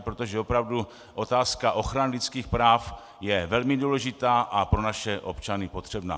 Protože opravdu otázka ochrany lidských práv je velmi důležitá a pro naše občany potřebná.